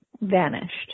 vanished